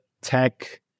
tech